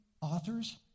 authors